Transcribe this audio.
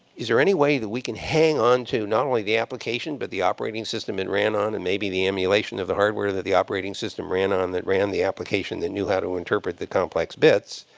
is there any way that we can hang on to not only the application, but the operating system it ran on and maybe the emulation of the hardware that the operating system ran on that ran the application that knew how to interpret the complex bits?